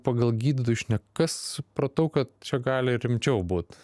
pagal gydytojų šnekas supratau kad čia gali ir rimčiau būt